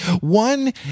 One